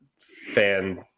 fan